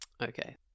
Okay